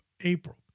April